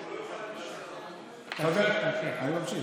תמשיך.